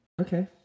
Okay